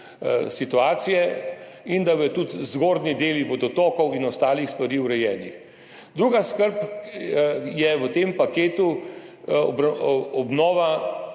in da bodo tudi zgornji deli vodotokov in ostalih stvari urejeni. Druga skrb je v tem paketu obnova